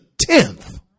tenth